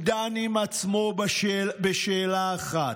הוא דן עם עצמו בשאלה אחת: